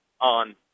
on